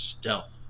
Stealth